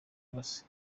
rwose